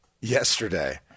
yesterday